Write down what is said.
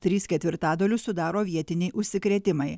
trys ketvirtadalius sudaro vietiniai užsikrėtimai